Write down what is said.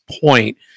point